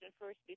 first